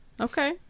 Okay